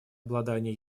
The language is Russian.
обладание